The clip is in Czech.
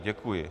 Děkuji.